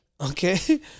Okay